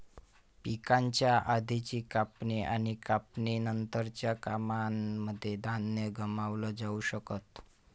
पिकाच्या आधीची कापणी आणि कापणी नंतरच्या कामांनमध्ये धान्य गमावलं जाऊ शकत